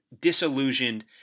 disillusioned